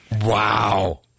Wow